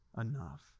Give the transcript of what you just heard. enough